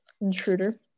intruder